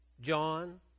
John